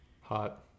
Hot